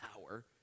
power